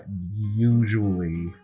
usually